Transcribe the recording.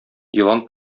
елан